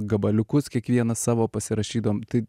gabaliukus kiekvienas savo pasirašydavom tai